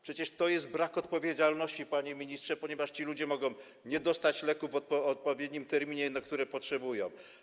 Przecież to jest brak odpowiedzialności, panie ministrze, ponieważ ci ludzie mogą nie dostać leku w odpowiednim terminie, kiedy go potrzebują.